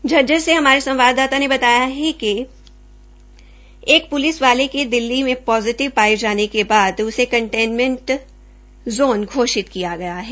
झज्जर से हमारे संवाददाता ने बताया कि स्लोधा गांव के एक प्लिस वाले के दिल्ली में पोजिटिव पाये जाने के बाद इसे कनटोनमेंट ज़ाने घोषित किया गया है